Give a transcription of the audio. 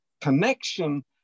Connection